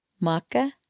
Maka